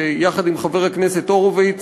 שיחד עם חבר הכנסת הורוביץ